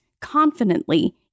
confidently